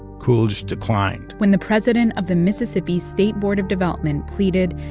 coolidge declined when the president of the mississippi state board of development pleaded,